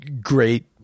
great